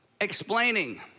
explaining